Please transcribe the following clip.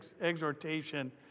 exhortation